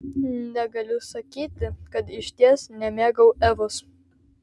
negaliu sakyti kad išties nemėgau evos